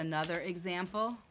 another example